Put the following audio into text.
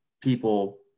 people